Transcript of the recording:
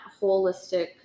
holistic